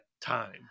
time